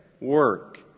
work